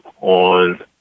on